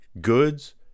goods